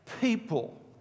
people